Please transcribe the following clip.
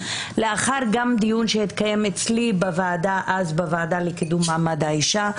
גם לאחר דיון שהתקיים אצלי אז בוועדה לקידום מעמד האישה,